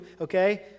okay